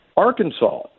Arkansas